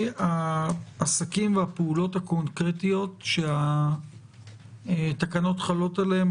העסקים והפעולות הקונקרטיות שהתקנות חלות עליהם.